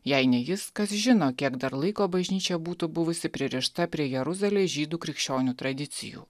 jei ne jis kas žino kiek dar laiko bažnyčia būtų buvusi pririšta prie jeruzalės žydų krikščionių tradicijų